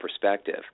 perspective